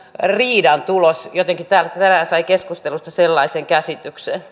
riidan tulos jotenkin täällä tänään sai keskustelusta sellaisen käsityksen